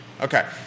Okay